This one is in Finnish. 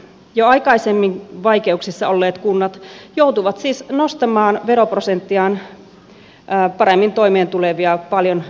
jo aikaisemmin vaikeuksissa olleet kunnat joutuvat siis nostamaan veroprosenttiaan paremmin toimeentulevia paljon enemmän